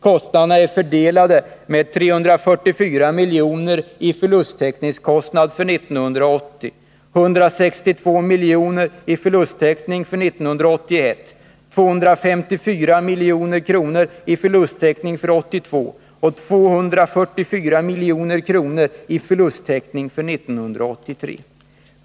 Kostnaderna är fördelade med 344 milj.kr. i förlustkostnadstäckning för 1980, 162 milj.kr. för 1981, 254 milj.kr. för 1982 och 244 milj.kr. för 1983.